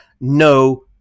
no